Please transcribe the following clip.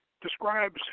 describes